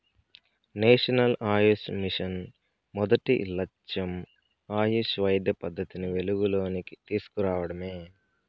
national AYUSH mission మొదటి లచ్చెం ఆయుష్ వైద్య పద్దతిని వెలుగులోనికి తీస్కు రావడమే